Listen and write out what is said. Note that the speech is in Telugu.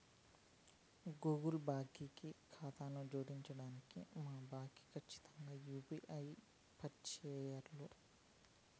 గూగుల్ కి బాంకీ కాతాను జోడించడానికి మా బాంకీ కచ్చితంగా యూ.పీ.ఐ పంజేయాల్ల